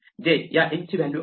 जे या n ची व्हॅल्यू आहे